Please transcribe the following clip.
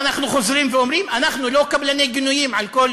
ואנחנו חוזרים ואומרים: אנחנו לא קבלני גינויים על כל